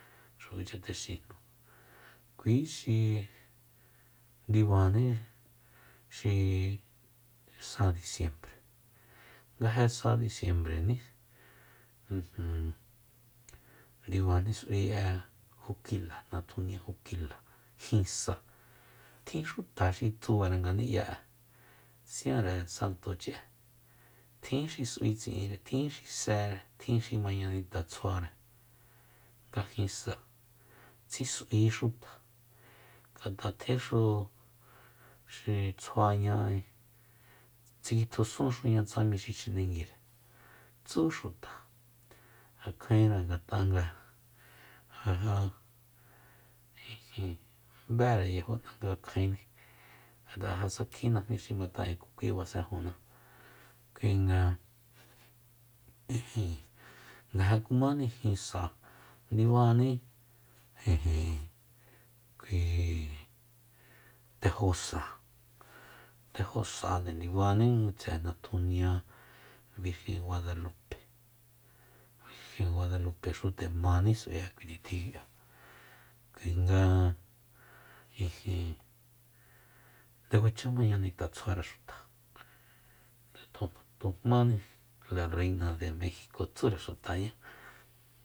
Xukucha texinjnu kui xi ndibani xi sa disiembre nga je sa disiembrení ijin ndibani s'ui'e jukila natjunia jukila jin sa tjin xi tsubare ngani'ya'e siánre santochi'e tjin s'ui tsi'inre tjin xi séere tjin xi mañanita tsjuare nga jin sa tsi s'ui xuta ngata tjexu xi tsjuaña tsikitjusúnxuña tsa mi xi chjinenguire tsú xuta ja kjaenra ngat'a nga ja ja ijin b'ere yajon'a nga kjaini ngat'a ja sa kjin najmí xi mata'en ku kui basenjuna kuinga ijin nga ja kumáni jinsa sa ndibaní ijin kui tejo sa tejosa nde ndibaní natjunia birgen guadalupe- birgen guadalupexu nde maní s'ui'e kui nitjin kuinga ijin nde kuacha mañanita tsjuare xuta ndatu tujmáni la reina de mejiko tsúre xutañá